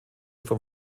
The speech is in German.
vom